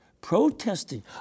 Protesting